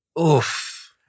Oof